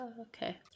okay